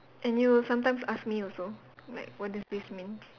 and you would sometimes ask me also like what does this mean